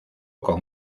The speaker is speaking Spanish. con